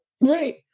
Right